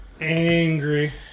Angry